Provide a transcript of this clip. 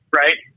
right